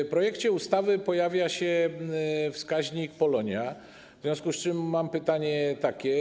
W projekcie ustawy pojawia się wskaźnik POLONIA, w związku z czym mam takie pytanie: